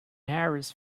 harris